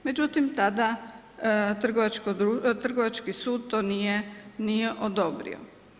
Međutim, tada trgovački sud to nije odobrio.